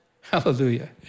Hallelujah